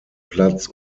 platz